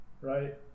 Right